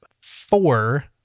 four